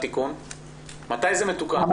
מתי זה מתוקן?